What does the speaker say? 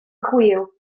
chwil